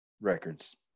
records